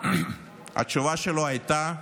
התשובה שלו הייתה: